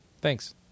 Thanks